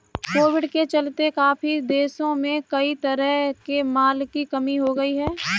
Covid के चलते काफी देशों में कई तरह के माल की कमी हो गई थी